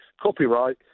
copyright